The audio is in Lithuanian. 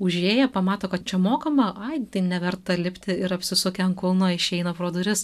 užėję pamato kad čia mokama ai tai neverta lipti ir apsisukę ant kulno išeina pro duris